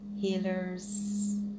healers